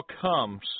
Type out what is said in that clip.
comes